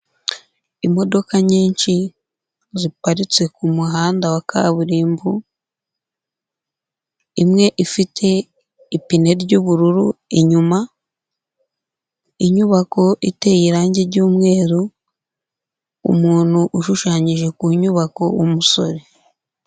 Imodoka nyinshi ziparitse ku muhanda wa kaburimbo, imwe ifite ipine ry'ubururu inyuma, inyubako iteye irangi ry'umweru, umuntu ushushanyije ku nyubako w'umusore.